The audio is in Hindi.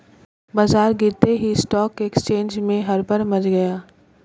बाजार गिरते ही स्टॉक एक्सचेंज में हड़कंप मच गया